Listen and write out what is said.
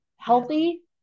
Healthy